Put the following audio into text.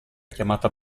chiamata